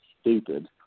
stupid